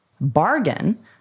Bargain